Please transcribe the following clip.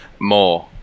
More